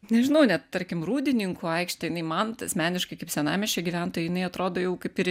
nežinau nes tarkim rūdininkų aikštė jinai man asmeniškai kaip senamiesčio gyventojai jinai atrodo jau kaip ir